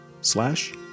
slash